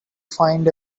find